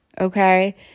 okay